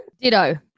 Ditto